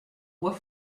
bois